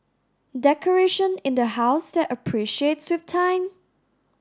decoration in the house that appreciates with time